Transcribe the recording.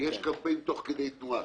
ויש קמפיין תוך כדי תנועה,